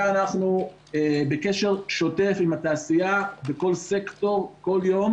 אנחנו בקשר שוטף עם התעשייה בכל סקטור כל יום